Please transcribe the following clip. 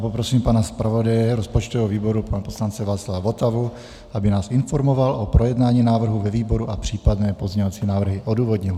Poprosím pana zpravodaje rozpočtového výboru, pana poslance Václava Votavu, aby nás informoval o projednání návrhu ve výboru a případné pozměňovací návrhy odůvodnil.